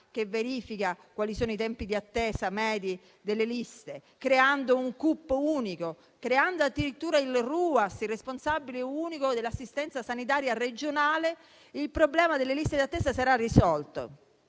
che verifica i tempi di attesa medi delle liste, un CUP unico e addirittura la figura del responsabile unico dell'assistenza sanitaria regionale, il problema delle liste d'attesa sarà risolto.